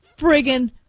friggin